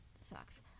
sucks